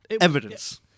Evidence